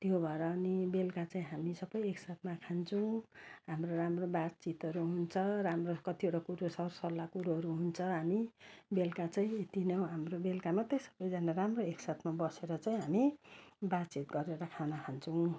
त्यो भएर अनि बेलुका चाहिँ हामी सबै एक साथमा खान्छौँ हाम्रो राम्रो बातचितहरू हुन्छ राम्रो कतिवटा कुरो सर सल्लाह कुरोहरू हुन्छ हामी बेलुका चाहिँ दिनहु हाम्रो बेलुका मात्रै हाम्रो सबैजना राम्रो एक साथमा बसेर चाहिँ हामी बातचित गरेर खाना खान्छौँ